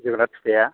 जोगोनार फिथाइआ